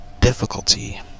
difficulty